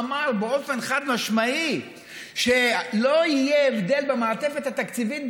אמר באופן חד-משמעי שלא יהיה הבדל במעטפת התקציבית,